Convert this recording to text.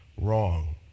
wrong